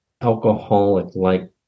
alcoholic-like